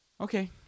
Okay